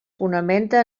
fonamenta